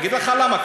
אני אגיד לך למה,